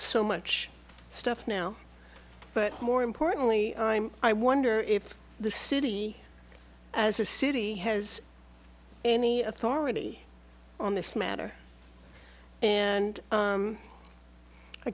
so much stuff now but more importantly i'm i wonder if the city as a city has any authority on this matter and